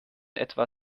etwa